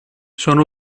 sono